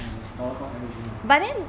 ah like dollar cost average it out